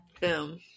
Boom